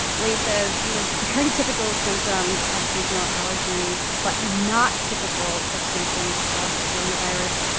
blaiss says these are very typical symptoms of seasonal allergies but not typical of symptoms of coronavirus.